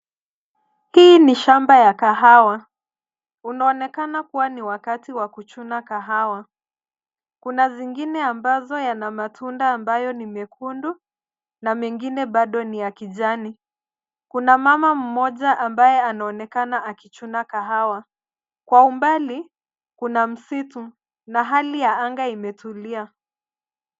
Hii ni shamba ya kahawa kunaonekana kuwa ni wakati wa kuchuna kahawa. Kuna zingine ambazo yana matunda ambayo ni mekundu na mengine bado ni ya kijani. Kuna mama mmoja ambaye anaonekana akichuna kahawa. Kwa umbali kuna msitu na hali ya anga imetulia.